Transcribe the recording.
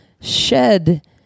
shed